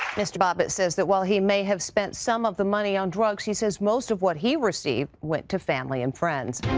mr. bobbitt says that while he may have spent some of the money on drugs, he says most of what he received went to family and friends.